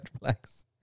relax